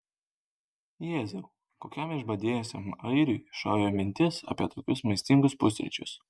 jėzau kokiam išbadėjusiam airiui šovė mintis apie tokius maistingus pusryčius